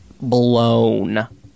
blown